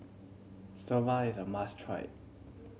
soba is a must try